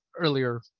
earlier